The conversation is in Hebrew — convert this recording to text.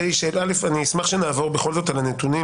אשמח שנעבור בכל זאת על הנתונים,